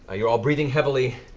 ah you're all breathing heavily.